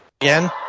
again